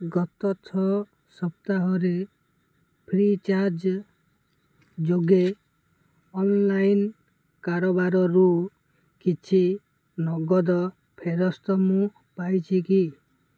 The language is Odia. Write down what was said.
ଗତ ଛଅ ସପ୍ତାହରେ ଫ୍ରି ଚାର୍ଜ୍ ଯୋଗେ ଅନଲାଇନ୍ କାରବାରରୁ କିଛି ନଗଦ ଫେରସ୍ତ ମୁଁ ପାଇଛି କି